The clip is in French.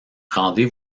rendez